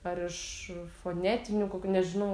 ar iš fonetinių nežinau